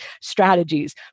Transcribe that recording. strategies